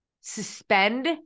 Suspend